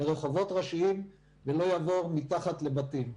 לרחובות ראשיים ולא יעבור מתחת לבתים.